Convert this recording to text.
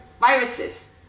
viruses